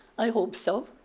i hope so.